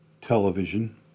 television